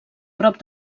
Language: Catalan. prop